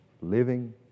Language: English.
living